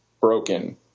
broken